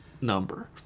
number